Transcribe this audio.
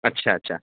اچھا اچھا